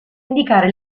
indicare